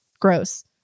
Gross